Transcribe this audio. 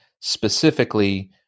specifically